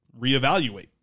reevaluate